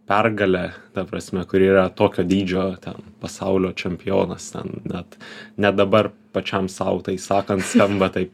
pergalė ta prasme kuri yra tokio dydžio ten pasaulio čempionas ten net net dabar pačiam sau tai sakant skamba taip